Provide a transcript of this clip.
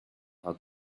her